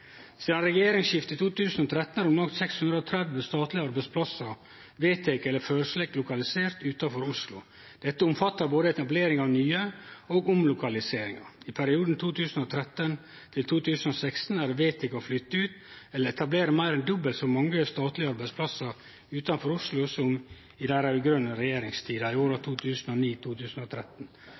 Sidan regjeringsskiftet i 2013 er om lag 630 statlege arbeidsplassar vedtekne eller føreslegne lokaliserte utanfor Oslo. Dette omfattar både etablering av nye og omlokaliseringar. I perioden 2013–2016 er det vedteke å flytte ut eller etablere meir enn dobbelt så mange statlege arbeidsplassar utanfor Oslo som i dei raud-grøne si regjeringstid i åra